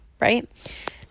right